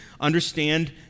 understand